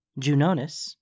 Junonis